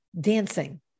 dancing